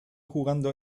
jugando